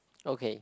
okay